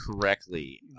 correctly